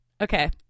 Okay